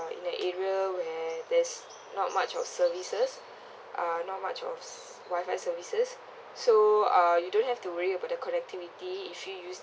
in the area where there's not much of services uh not much of wifi services so uh you don't have to worry about the connectivity if you use